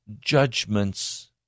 judgments